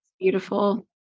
Beautiful